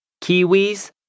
kiwis